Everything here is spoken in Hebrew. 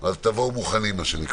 אז תבואו מוכנים.